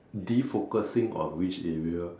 defocusing on which area